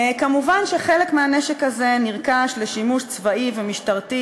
מובן שחלק מהנשק הזה נרכש לשימוש צבאי ומשטרתי